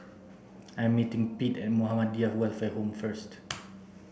I am meeting Pete at Muhammadiyah Welfare Home first